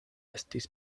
estis